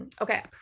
Okay